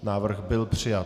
Návrh byl přijat.